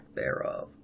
thereof